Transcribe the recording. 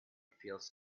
feels